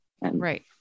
right